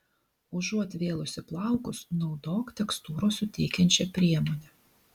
užuot vėlusi plaukus naudok tekstūros suteikiančią priemonę